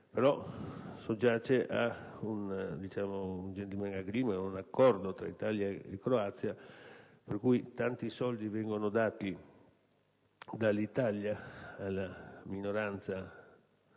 un *agreement,* un accordo tra Italia e Croazia per cui tanti soldi vengono dati dall'Italia alla minoranza italiana